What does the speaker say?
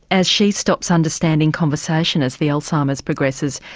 as she stops understanding conversation as the alzheimer's progresses,